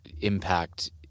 impact